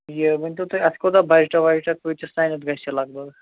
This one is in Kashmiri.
یہِ ؤنۍتَو تُہۍ اَتھ کوٗتاہ بَجٹا وَجٹہٕ کۭتِس تانۍ گژھِ یہِ لگ بگ